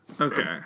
Okay